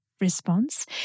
response